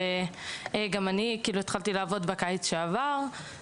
וגם בתור מישהי שהתחילה לעבוד בקיץ שעבר,